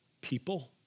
people